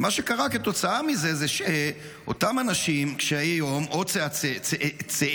ומה שקרה כתוצאה מזה זה שאותם אנשים קשי-יום או צאצאיהם,